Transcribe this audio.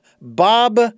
Bob